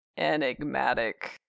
Enigmatic